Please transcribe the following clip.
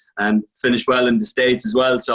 and finished well in the states as well, so,